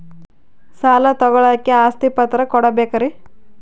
ಸಾಲ ತೋಳಕ್ಕೆ ಆಸ್ತಿ ಪತ್ರ ಕೊಡಬೇಕರಿ?